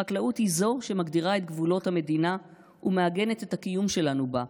החקלאות היא זו שמגדירה את גבולות המדינה ומעגנת את הקיום שלנו בה,